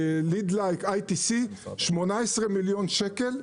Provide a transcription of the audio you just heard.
לידלייק - 18 מיליון שקלים 2,700,